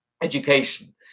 education